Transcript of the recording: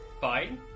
Fine